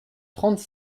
trente